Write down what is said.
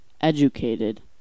Educated